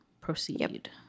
Proceed